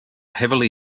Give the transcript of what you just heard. heavily